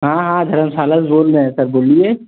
हाँ हाँ धर्मशाला से बोल रहे हैं सर बोलिए